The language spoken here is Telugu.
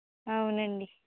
అవునండీ